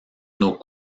nos